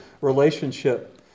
relationship